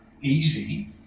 easy